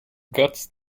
guts